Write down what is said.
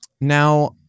Now